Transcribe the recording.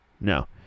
no